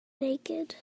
naked